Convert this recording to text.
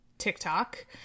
TikTok